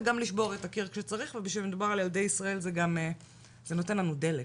אלא גם שלבור את הקיר שצריך וכשמדובר על ילדי ישראל זה נותן לנו דלק,